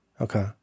Okay